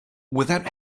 without